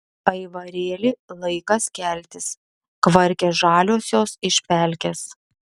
aivarėli laikas keltis kvarkia žaliosios iš pelkės